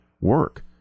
work